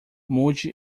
mude